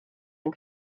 yng